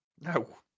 No